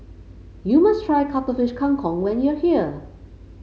you must try Cuttlefish Kang Kong when you are here